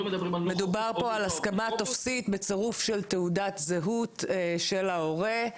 מדובר פה על הסכמה טופסית בצרוף של תעודת זהות של ההורה.